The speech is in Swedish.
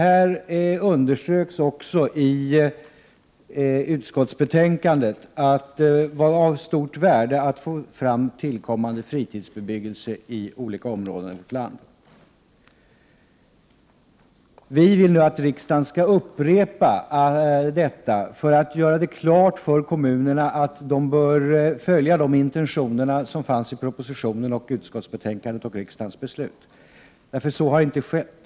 Det underströks också i utskottsbetänkandet att det är av stort värde att få fram tillkommande fritidsbebyggelse i olika områden av vårt land. Vi vill nu att riksdagen skall upprepa detta för att göra klart för kommunerna att de bör följa de intentioner som fanns i propositionen, i utskottsbetänkandet och i riksdagens beslut. Så har nämligen inte skett.